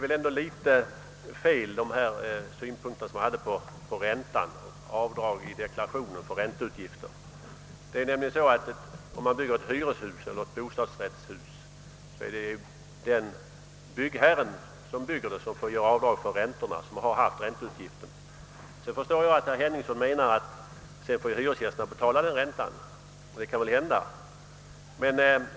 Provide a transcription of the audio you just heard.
Hans synpunkter beträffande avdragen i deklarationen för ränteutgifter var väl dock något felaktiga. Det är den byggherre som bygger ett hyreshus eller ett bostadsrättshus som får göra avdrag för ränteutgifter. Herr Henningsson menar att det blir hyresgästerna som sedan får betala denna ränta.